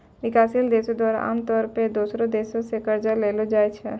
विकासशील देशो द्वारा आमतौरो पे दोसरो देशो से कर्जा लेलो जाय छै